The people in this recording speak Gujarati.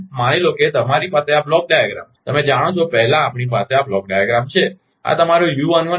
unn માની લો કે તમારી પાસે આ બ્લોક ડાયાગ્રામ છે તમે જાણો છો પહેલા આપણી પાસે આ બ્લોક ડાયાગ્રામ છે